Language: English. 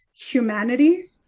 humanity